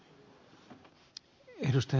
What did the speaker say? arvoisa puhemies